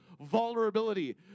vulnerability